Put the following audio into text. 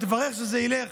תברך שזה ילך?